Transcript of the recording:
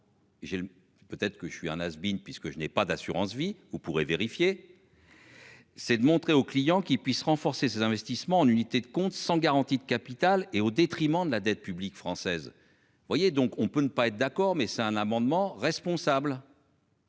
peut-être que je suis un has been puisque je n'ai pas d'assurance vie. Vous pourrez vérifier. C'est de montrer aux clients qui puissent renforcer ses investissements en unité de compte sans garantie de capital et au détriment de la dette publique française. Vous voyez donc, on peut ne pas être d'accord mais c'est un amendement responsable.